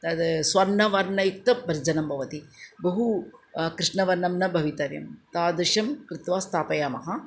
तद् स्वर्णवर्णयुक्तभर्जनं भवति बहु कृष्णवर्णं न भवितव्यं तादृशं कृत्वा स्थापयामः